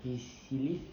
his he live